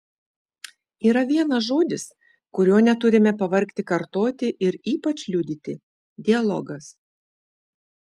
yra vienas žodis kurio neturime pavargti kartoti ir ypač liudyti dialogas